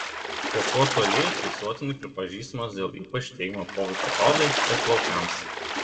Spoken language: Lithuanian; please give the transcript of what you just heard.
kokosų aliejus visuotinai pripažįstamas dėl ypač teigiamo poveikio odai ir plaukams